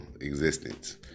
existence